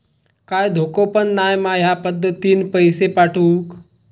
काय धोको पन नाय मा ह्या पद्धतीनं पैसे पाठउक?